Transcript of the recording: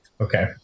Okay